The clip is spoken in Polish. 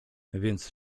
więc